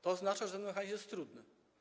To oznacza, że ten mechanizm jest trudny.